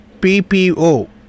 PPO